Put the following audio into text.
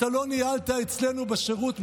אתה לא ניהלת אצלנו בשירות,